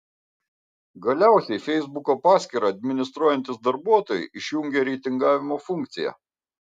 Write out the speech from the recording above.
galiausiai feisbuko paskyrą administruojantys darbuotojai išjungė reitingavimo funkciją